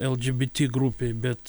eldžybyty grupei bet